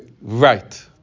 Right